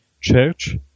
church